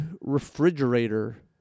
Refrigerator